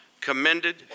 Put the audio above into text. commended